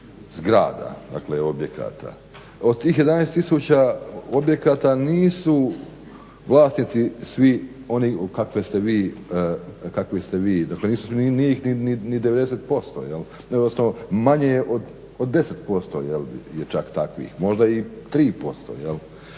dakle objekata. Od tih 11 000 objekata nisu vlasnici svi oni kakve ste vi, dakle nije ih ni 90%, odnosno manje od 10% je čak